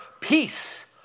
peace